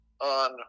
on